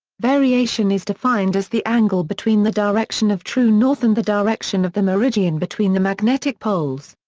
variation is defined as the angle between the direction of true north and the direction of the meridian between the magnetic poles.